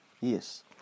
Yes